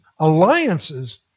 Alliances